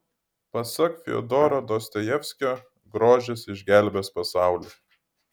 pasak fiodoro dostojevskio grožis išgelbės pasaulį